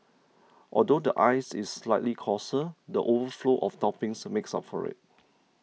although the ice is slightly coarser the overflow of toppings makes up for it